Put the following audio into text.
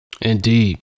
Indeed